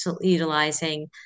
utilizing